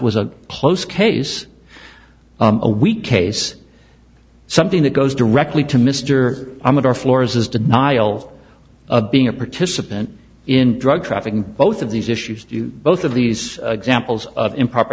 was a close case a weak case something that goes directly to mr ahmed our floors his denial of being a participant in drug trafficking both of these issues both of these examples of improper